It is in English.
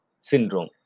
syndrome